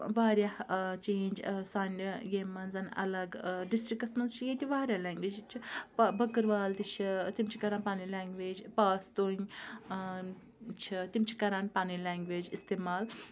واریاہ چینٛج سانہِ ییٚمۍ منٛز الگ ڈِسٹِرٛکَس منٛز چھِ ییٚتہِ واریاہ لینٛگویج ییٚتہِ چھِ بٔکٕروال تہِ چھِ تِم چھِ کَران پَنٕنۍ لینٛگویج پاستوٗنۍ چھِ تِم چھِ کَران پَنٕنۍ لینٛگویج استعمال